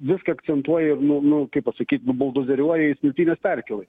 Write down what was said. viską akcentuoja ir nu nu kaip pasakyt nubuldozeriuoja į smiltynės perkįlą